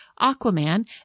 Aquaman